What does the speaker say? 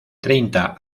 treinta